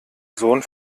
sohn